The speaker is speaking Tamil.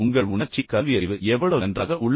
உங்கள் உணர்ச்சி கல்வியறிவு எவ்வளவு நன்றாக உள்ளது